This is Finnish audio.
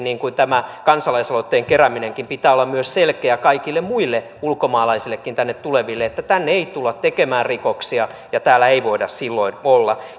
niin kuin tämä kansalaisaloitteen kerääminenkin on pitää olla myös selkeä kaikille muille ulkomaalaisillekin tänne tuleville että tänne ei tulla tekemään rikoksia ja täällä ei voida silloin